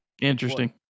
Interesting